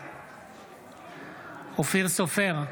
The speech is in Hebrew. בעד אופיר סופר,